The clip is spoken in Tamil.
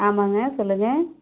ஆமாங்க சொல்லுங்கள்